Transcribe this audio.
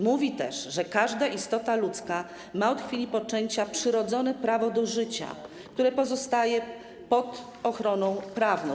Mówi też, że każda istota ludzka ma od chwili poczęcia przyrodzone prawo do życia, które pozostaje pod ochroną prawną.